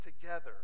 together